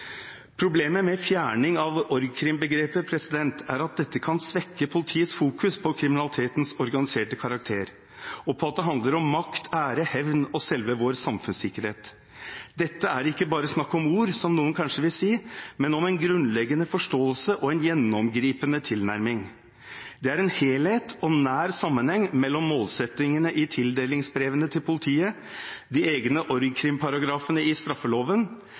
Problemet med fjerning av org.krim.-begrepet er at dette kan svekke politiets fokus på kriminalitetens organiserte karakter, og på at det handler om makt, ære, hevn og selve vår samfunnssikkerhet. Dette er ikke bare snakk om ord, som noen kanskje vil si, men om en grunnleggende forståelse og en gjennomgripende tilnærming. Det er en helhet og nær sammenheng mellom målsettingene i tildelingsbrevene til politiet, de egne org.krim.-paragrafene i straffeloven,